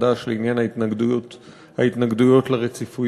חד"ש לעניין ההתנגדויות לרציפויות.